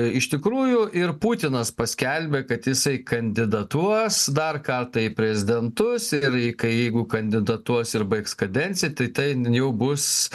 iš tikrųjų ir putinas paskelbė kad jisai kandidatuos dar kartą į prezidentus ir į kai jeigu kandidatuos ir baigs kadenciją tai ten jau bus